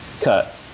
cut